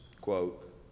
quote